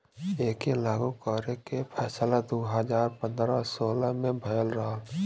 एके लागू करे के फैसला दू हज़ार पन्द्रह सोलह मे भयल रहल